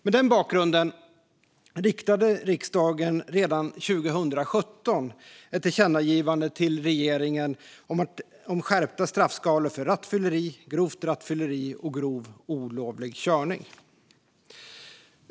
Mot den bakgrunden riktade riksdagen redan 2017 ett tillkännagivande till regeringen om skärpta straffskalor för rattfylleri, grovt rattfylleri och grov olovlig körning.